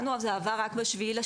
לנו זה עבר רק ב-07.06.